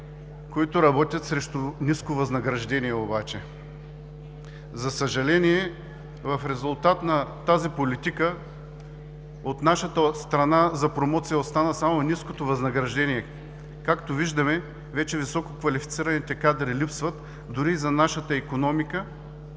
които работят срещу ниско възнаграждение обаче. За съжаление, в резултат на тази политика от нашата страна за промоция остана само ниското възнаграждение. Както виждаме, вече висококвалифицираните кадри липсват дори и за нашата икономика,